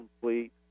complete